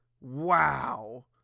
Wow